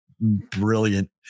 brilliant